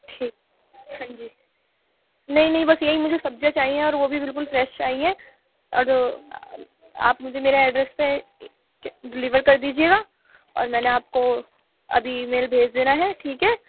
ٹھیک ہاں جی نہیں نہیں بس یہی مجھے سزیاں چاہیے اور وہ بھی بالکل فریش چاہیے اور جو آپ مجھے میرے ایڈریس پہ ڈلیور کر دیجیے گا اور میں نے آپ کو ابھی ای میل بھیج دے رہے ہیں ٹھیک ہے